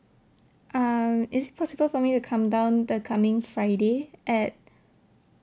um is it possible for me to come down the coming friday at